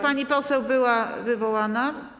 Pani poseł była wywołana.